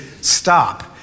stop